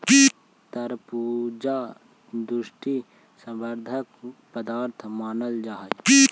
तरबूजा पुष्टि वर्धक पदार्थ मानल जा हई